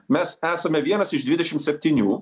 mes esame vienas iš dvidešim septynių